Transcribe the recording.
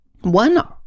One